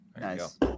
Nice